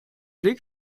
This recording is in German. blick